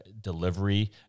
delivery